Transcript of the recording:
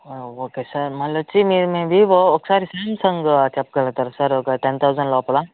okay sir మళ్ళీ వచ్చి మీది మీది వీవో ఒకసారి సాంసంగ్ చెప్పగలుగుతారా సార్ ఒక టెన్ థౌజండ్ లోపల